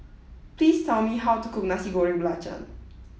please tell me how to cook Nasi Goreng Belacan